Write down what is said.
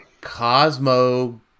Cosmo